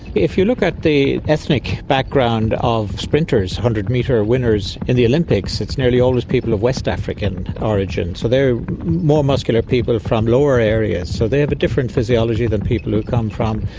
if you look at the ethnic background of sprinters, one hundred metre winners in the olympics, it's nearly always people of west african origin, so they are more muscular people from lower areas, so they have a different physiology than people who come from,